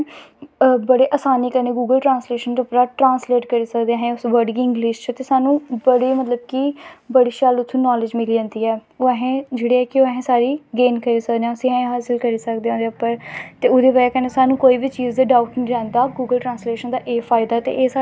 दिखो साढ़ी उमर बी इसलै मन्नी लैओ पंजताली पंजां अस इसलै बी मतलव पजां किल्लो भार कवन्टल भाप चुक्कनां अस फ्ही बी नी पिच्छें हटदे लेकिन अज्ज कल अगर इस जनरेशन पंज्जी साल दे मुड़े गी आक्खनां होऐ ज़ार पजां किल्लो दी बोरी मेरी एह् गड्डी दै शत्ते पर चाड़ी ओड़ेआं उनें आखनां जां मेरे कोला दा नी चकोनीं ते